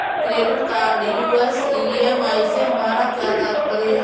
Credit card US EMI से हमारा क्या तात्पर्य है?